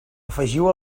afegiu